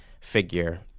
figure